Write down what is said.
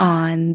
on